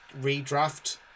redraft